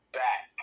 back